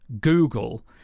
google